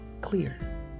clear